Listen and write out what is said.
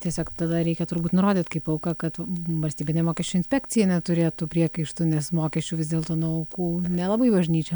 tiesiog tada reikia turbūt nurodyt kaip auką kad valstybinė mokesčių inspekcija neturėtų priekaištų nes mokesčių vis dėlto nuo aukų nelabai bažnyčia